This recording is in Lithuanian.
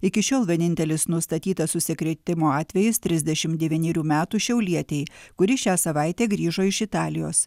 iki šiol vienintelis nustatytas užsikrėtimo atvejis trisdešim devynerių metų šiaulietei kuri šią savaitę grįžo iš italijos